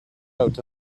out